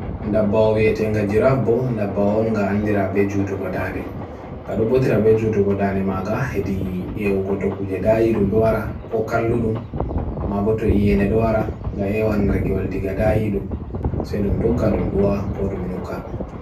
Giraffe ɓe heɓi hokkita e loowdi njoɗi, fowru hokkita ko hayre. Loowdi ɓe njahi tawa e ɓe heɓi puccu, e ɓe ngorti puccu taali saare hayre.